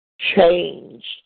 changed